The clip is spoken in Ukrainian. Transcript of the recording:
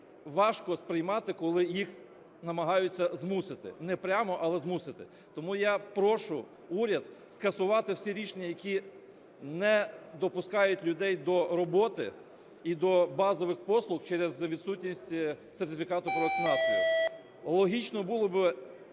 важко сприймати, коли їх намагаються змусити, непрямо, але змусити. Тому я прошу уряд скасувати всі рішення, які не допускають людей до роботи і до базових послуг через відсутність сертифікату про вакцинацію. Логічно було би